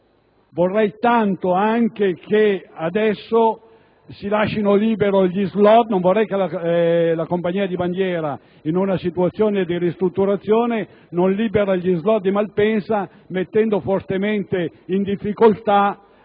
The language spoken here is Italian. Vorrei anche che si lasciassero liberi gli *slot*. Non vorrei che la compagnia di bandiera, in una situazione di ristrutturazione, non liberasse gli *slot* di Malpensa, mettendo fortemente in difficoltà